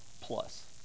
plus